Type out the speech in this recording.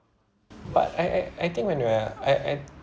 but I I I think when we're I I